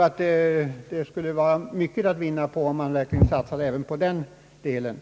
Mycket skulle vara att vinna genom att nu satsa även på Norrland.